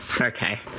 Okay